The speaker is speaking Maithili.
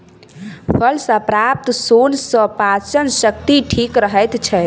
फल सॅ प्राप्त सोन सॅ पाचन शक्ति ठीक रहैत छै